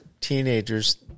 teenagers